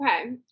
Okay